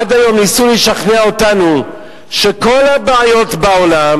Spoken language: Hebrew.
עד היום ניסו לשכנע אותנו שכל הבעיות בעולם